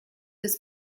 was